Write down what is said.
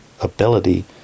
ability